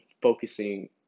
focusing